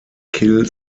kill